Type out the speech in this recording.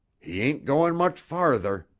he ain't going much farther,